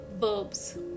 verbs